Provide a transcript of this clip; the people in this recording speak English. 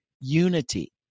unity